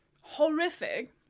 Horrific